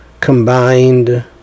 combined